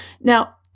Now